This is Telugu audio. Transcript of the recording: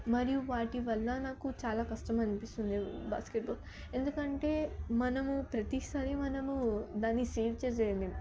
మరియు వాటి వల్ల నాకు చాలా కష్టం అనిపిస్తుంది బాస్కెట్బాల్ ఎందుకంటే మనము ప్రతిసారి మనము దాన్ని సేవ్ చేయలేం